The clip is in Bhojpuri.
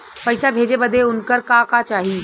पैसा भेजे बदे उनकर का का चाही?